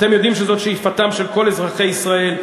אתם יודעים שזאת שאיפתם של כל אזרחי ישראל,